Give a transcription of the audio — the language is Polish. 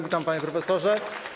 Witam, panie profesorze.